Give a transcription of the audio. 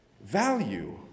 value